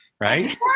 right